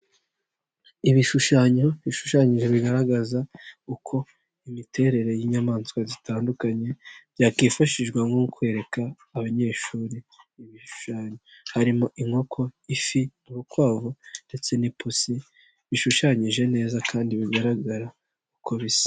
Ibishushanyo bishushanyije bigaragaza uko imiterere y'inyamaswa zitandukanye byakwifashishwa nko kwereka abanyeshuri ibishushanyo, harimo inkoko, ifi, urukwavu ndetse n'ipusi bishushanyije neza kandi bigaragara uko bisa.